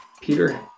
Peter